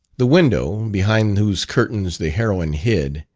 the window, behind whose curtains the heroine hid,